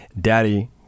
Daddy